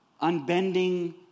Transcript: unbending